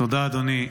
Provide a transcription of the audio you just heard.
תודה, אדוני.